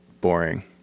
boring